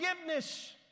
forgiveness